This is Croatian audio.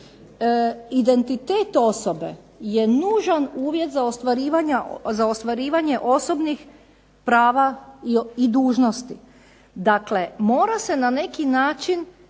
Identitet osobe je nužan uvjet za ostvarivanje osobnih prava i dužnosti. Dakle, mora se na neki način